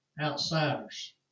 outsiders